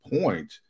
point